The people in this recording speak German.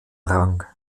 rang